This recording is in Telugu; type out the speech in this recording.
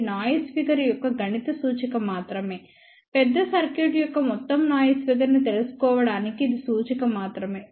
ఇది నాయిస్ ఫిగర్ యొక్క గణిత సూచిక మాత్రమే పెద్ద సర్క్యూట్ యొక్క మొత్తం నాయిస్ ఫిగర్ ను తెలుసుకోవడానికి ఇది సూచిక మాత్రమే